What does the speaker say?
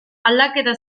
aldaketa